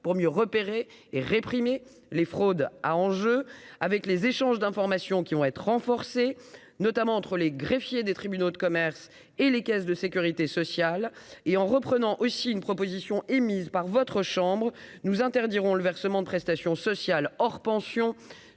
pour mieux repérer et réprimer les fraudes à enjeu avec les échanges d'informations qui vont être renforcées, notamment entre les greffiers des tribunaux de commerce et les caisses de Sécurité sociale et en reprenant aussi une proposition émise par votre chambre, nous interdirons le versement de prestations sociales, hors pensions